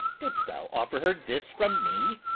didst thou offer her this from me?